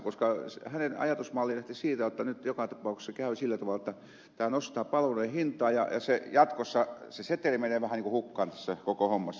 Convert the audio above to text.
koska hänen ajatusmallinsa lähti siitä jotta nyt joka tapauksessa käy sillä tavalla jotta tämä nostaa palveluiden hintaa ja jatkossa se seteli menee vähän niin kuin hukkaan tässä koko hommassa